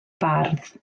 bardd